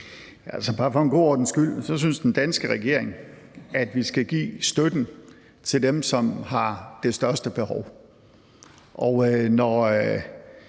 for en god ordens skyld vil jeg sige, at den danske regering synes, at vi skal give støtten til dem, som har det største behov.